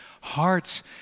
hearts